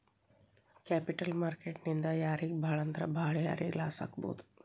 Capital market ನಿಂದಾ ಯಾರಿಗ್ ಭಾಳಂದ್ರ ಭಾಳ್ ಯಾರಿಗ್ ಲಾಸಾಗ್ಬೊದು?